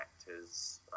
actors